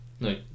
no